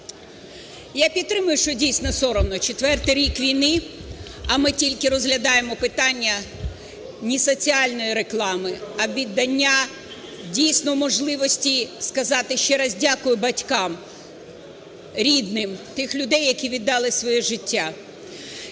Я підтримую, що дійсно соромно, четвертий рік війни, а ми тільки розглядаємо питання ні соціальної реклами, і відання дійсно можливості сказати ще раз дякую батькам, рідним тих людей, які віддали своє життя.